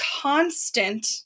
constant